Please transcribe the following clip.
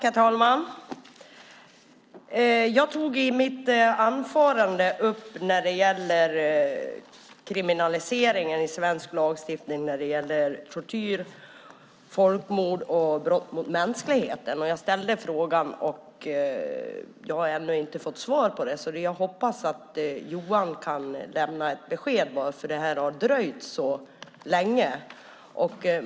Herr talman! I mitt anförande ställde jag en fråga om kriminaliseringen i svensk lagstiftning av tortyr, folkmord och brott mot mänskligheten. Jag har ännu inte fått något svar. Jag hoppas att Johan Pehrson kan lämna besked om varför det här har dröjt så länge.